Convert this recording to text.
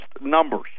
numbers